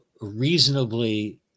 reasonably